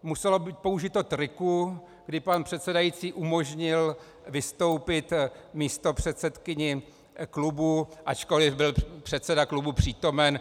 Muselo být použito triku, kdy pan předsedající umožnil vystoupit místopředsedkyni klubu, ačkoliv byl předseda klubu přítomen.